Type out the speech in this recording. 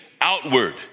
outward